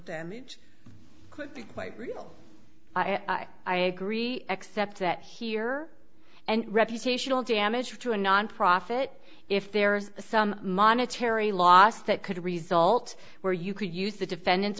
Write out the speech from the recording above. damage could be quite real i agree except that here and reputational damage to a nonprofit if there is some monetary loss that could result where you could use the defendant